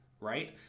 right